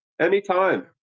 anytime